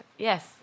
Yes